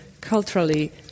culturally